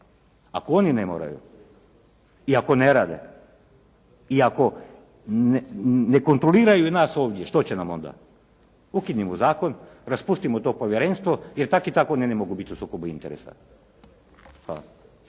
Ako oni ne moraju i ako ne rade i ako ne kontroliraju nas ovdje što će nam onda? Ukinimo zakon, raspustimo to povjerenstvo jer tako i tako oni ne mogu biti u sukobu interesa.